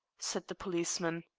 said the policeman.